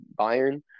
Bayern